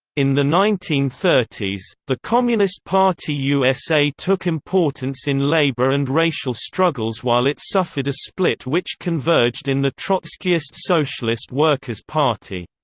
in the nineteen thirty s, the communist party usa took importance in labor and racial struggles while it suffered a split which converged in the trotskyist socialist workers party.